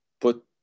put